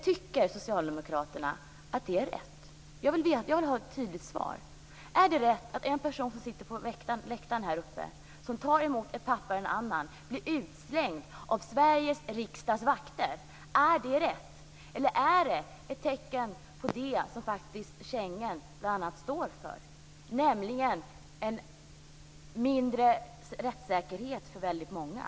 Jag vill ha ett tydligt svar av socialdemokraterna: Är det rätt att en person som sitter på läktaren här uppe och tar emot ett papper av en annan person blir utslängd av Sveriges riksdags vakter? Är det rätt? Eller är det ett tecken på det som Schengen bl.a. står för, nämligen mindre rättssäkerhet för väldigt många?